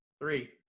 three